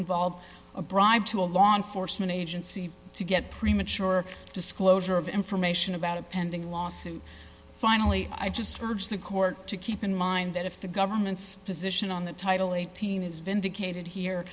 involve a bribe to a law enforcement agency to get premature disclosure of information about a pending lawsuit finally i just urge the court to keep in mind that if the government's position on the title eighteen is vindicated here